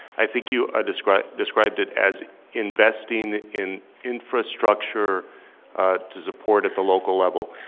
i think you ah described described it as investing in infrastructure to support at the local level.